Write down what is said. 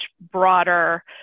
broader